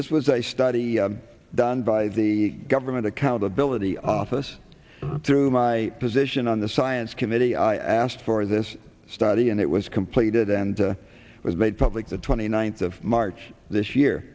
this was a study done by the government accountability office threw my position on the science committee i asked for this study and it was completed and it was made public the twenty ninth of march this year